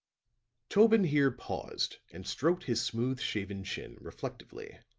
tobin here paused and stroked his smooth-shaven chin, reflectively.